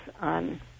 on